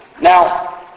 Now